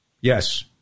Yes